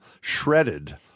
shredded